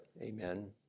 Amen